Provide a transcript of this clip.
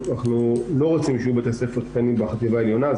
אנחנו לא רוצים שיהיו בתי ספר קטנים בחטיבה העליונה.